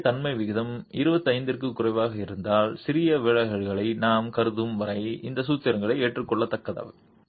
மெல்லிய தன்மை விகிதம் 25 க்கும் குறைவாக இருந்தால் சிறிய விலகல்களை நாம் கருதும் வரை இந்த சூத்திரங்கள் ஏற்றுக்கொள்ளத்தக்கவை